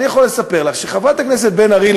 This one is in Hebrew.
אני יכול לספר לך שחברת הכנסת בן ארי,